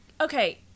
okay